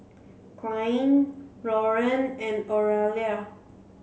Kylie Loren and Oralia